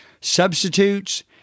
Substitutes